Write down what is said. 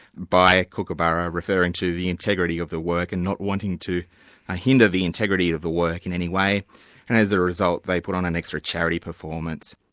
by kookaburra, referring to the integrity of the work and not wanting to ah hinder the integrity of the work in any way, and as a result, they put on an extra charity performance.